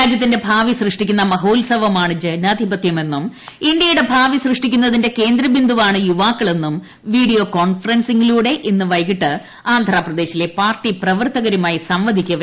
രാജ്യത്തിന്റെ ഭാവി സൃഷ്ടിക്കുന്ന മഹോത്സവമാണ് ജനാധിപത്യമെന്നും ഇന്ത്യയുടെ ഭാവി സൃഷ്ടിക്കുന്നതിന്റെ കേന്ദ്ര ബിന്ദുവാണ് യുവാക്കളെന്നും വീഡിയോ കോൺഫറൻ സിംഗിലൂടെ ഇന്ന് വൈകിട്ട് ആന്ധ്രാപ്രദേശിലെ പാർട്ടി പ്രവർത്ത കരുമായി സംവദിക്കവെ അദ്ദേഹം പറഞ്ഞു